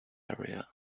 area